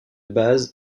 bases